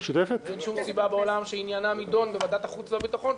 ואין שום סיבה בעולם שעניינם יידון בוועדת החוץ והביטחון.